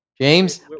James